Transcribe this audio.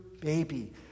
baby